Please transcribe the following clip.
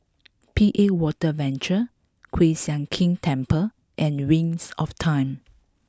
P A Water Venture Kiew Sian King Temple and Wings of Time